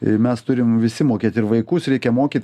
mes turim visi mokėt ir vaikus reikia mokyt